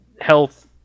health